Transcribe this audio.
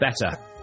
Better